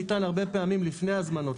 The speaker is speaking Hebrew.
רישיון ניתן הרבה פעמים לפני הזמנות,